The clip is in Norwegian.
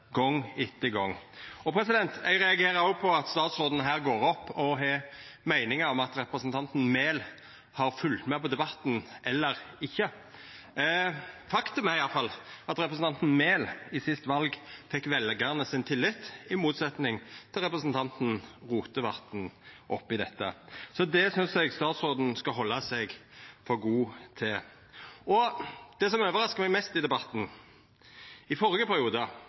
gong etter gong. Eg reagerer òg på at statsråden her går opp og har meiningar om om representanten Enger Mehl har følgt med på debatten eller ikkje. Faktum er iallfall at representanten Enger Mehl ved siste val fekk veljarane sin tillit, i motsetning til representanten Rotevatn oppi dette. Så det synest eg statsråden skal halda seg for god til. Det som overraskar meg mest i debatten: I førre periode